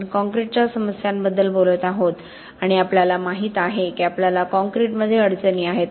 आपण कॉंक्रिटच्या समस्यांबद्दल बोलत आहोत आणि आपल्याला माहित आहे की आपल्याला कॉंक्रिटमध्ये अडचणी आहेत